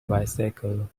bicycle